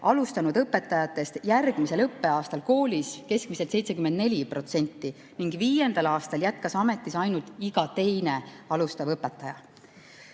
alustanud õpetajatest järgmisel õppeaastal koolis keskmiselt 74% ning viiendal aastal jätkas ametis ainult iga teine alustanud õpetaja.